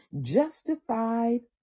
justified